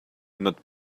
not